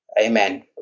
amen